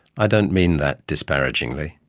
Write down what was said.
i don't mean that disparagingly,